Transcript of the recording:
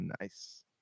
Nice